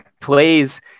plays